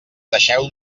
deixeu